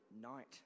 night